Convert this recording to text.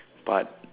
but